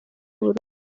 burundi